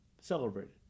celebrated